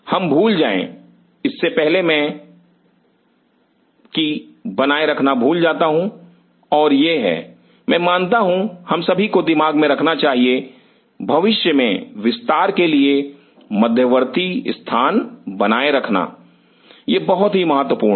हम भूल जाएं इससे पहले मैं बनाए रखना भूल जाता हूं और यह है मैं मानता हूं हम सभी को दिमाग में रखना चाहिए भविष्य में विस्तार के लिए मध्यवर्ती स्थान बनाए रखना यह बहुत ही महत्वपूर्ण है